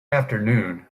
afternoon